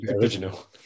original